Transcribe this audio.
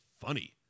funny